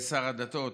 שר הדתות,